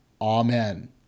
Amen